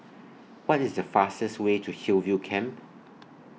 What IS The fastest Way to Hillview Camp